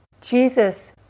Jesus